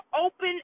open